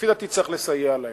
לפי דעתי צריך לסייע להם.